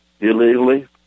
illegally